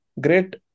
great